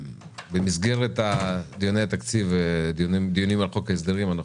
במסגרת דיוני התקציב ודיונים על חוק ההסדרים אנחנו